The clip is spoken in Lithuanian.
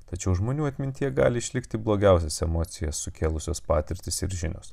tačiau žmonių atmintyje gali išlikti blogiausios emocijos sukėlusius patirtis ir žinios